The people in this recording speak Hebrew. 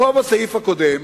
כמו בסעיף הקודם,